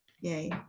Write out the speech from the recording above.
yay